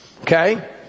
Okay